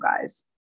guys